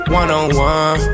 one-on-one